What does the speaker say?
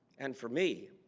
and for me